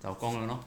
找工了 lor